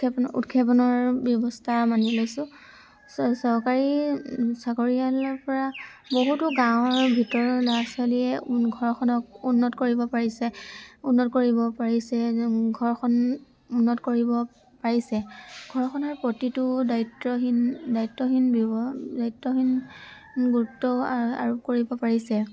উৎক্ষেপণ উৎক্ষেপণৰ ব্যৱস্থা মানি লৈছোঁ চৰকাৰী চাকৰিয়ালৰপৰা বহুতো গাঁৱৰ ভিতৰৰ ল'ৰা ছোৱালীয়ে ঘৰখনক উন্নত কৰিব পাৰিছে উন্নত কৰিব পাৰিছে ঘৰখন উন্নত কৰিব পাৰিছে ঘৰখনৰ প্ৰতিটো দায়িত্বহীন দায়িত্বহীন দায়িত্বহীন গুৰুত্ব আৰোপ কৰিব পাৰিছে